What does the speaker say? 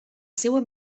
seua